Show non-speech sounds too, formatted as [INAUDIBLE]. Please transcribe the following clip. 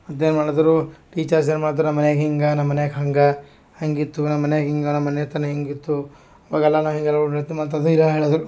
ಮತ್ತೇನು ಮಾಡಿದರು ಟೀಚರ್ಸ್ ಏನ್ ಮಾಡ್ತರೆ ಮನೆಯಾಗ್ ಹಿಂಗ ನಮ್ಮ ಮನೆಯಾಗ್ ಹಂಗೆ ಹಂಗಿತ್ತು ನಮ್ಮ ಮನೆಯಾಗ್ ಹಿಂಗೆ ನಮ್ಮ ಮನೆ ಹತ್ತಿರ ಹಿಂಗಿತ್ತು ಹೋಗೋಲ್ಲ ನಾ ಹಿಂಗೆಲ್ಲ [UNINTELLIGIBLE] ಮತ್ತು ಅದನ್ನು ಯಾ ಹೇಳೋದು